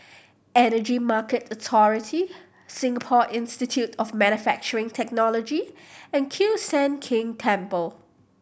Energy Market Authority Singapore Institute of Manufacturing Technology and Kiew Sian King Temple